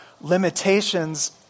limitations